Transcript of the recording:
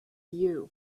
you